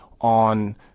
on